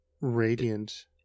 Radiant